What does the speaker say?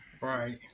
right